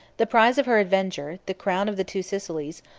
the prize of her avenger, the crown of the two sicilies,